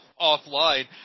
offline